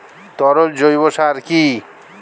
তরল জৈব সার কি?